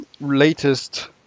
latest